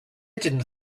didn’t